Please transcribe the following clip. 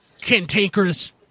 cantankerous